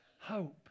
hope